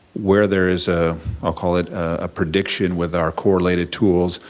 where there is, ah i'll call it a prediction with our correlated tools,